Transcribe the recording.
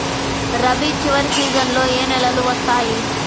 రబీ చివరి సీజన్లో ఏ నెలలు వస్తాయి?